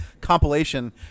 compilation